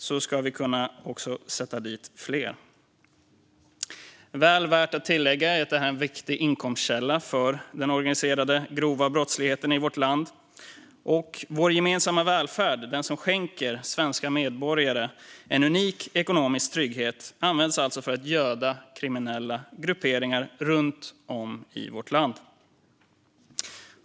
Det är värt att tillägga att felaktiga utbetalningar är en viktig inkomstkälla för den organiserade grova brottsligheten i vårt land. Vår gemensamma välfärd, som skänker svenska medborgare en unik ekonomisk trygghet, används alltså för att göda kriminella grupperingar runt om i landet.